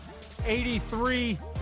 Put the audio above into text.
83